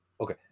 Okay